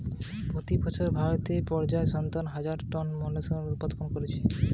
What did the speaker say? পোতি বছর ভারত পর্যায়ে সাতান্ন হাজার টন মোল্লাসকস উৎপাদন কোরছে